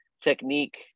technique